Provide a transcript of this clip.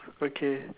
okay